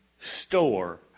store